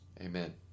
amen